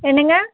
என்னங்க